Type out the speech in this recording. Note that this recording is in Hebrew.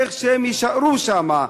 איך הם יישארו שם.